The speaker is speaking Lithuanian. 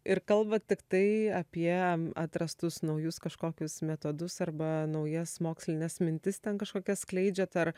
ir kalbat tiktai apie atrastus naujus kažkokius metodus arba naujas mokslines mintis ten kažkokias skleidžiat ar